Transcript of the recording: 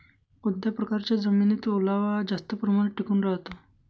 कोणत्या प्रकारच्या जमिनीत ओलावा हा जास्त प्रमाणात टिकून राहतो?